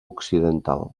occidental